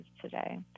today